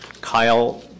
Kyle